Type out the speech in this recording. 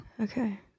Okay